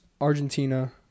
Argentina